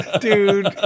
dude